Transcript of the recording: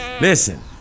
Listen